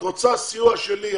את רוצה סיוע שלי?